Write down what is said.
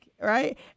Right